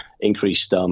increased